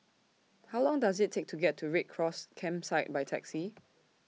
How Long Does IT Take to get to Red Cross Campsite By Taxi